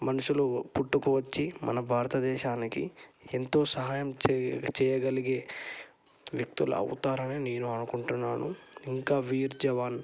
మనుషులు పుట్టుకు వచ్చి మన భారతదేశానికి ఎంతో సహాయం చేయ చేయగలిగే వ్యక్తులు అవుతారని నేను అనుకుంటున్నాను ఇంకా వీర్ జవాన్